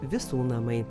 visų namai